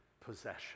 possession